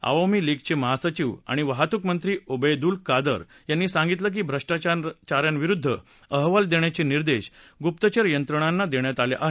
आवामी लिगचे महासचिव आणि वाहतूकमंत्री ओबदुल कादर यांनी सांगितलं की भ्रष्टाचाऱ्यांविरुद्ध अहवाल देण्याचे निर्देश गुप्तचर यंत्रणांना देण्यात आले आहेत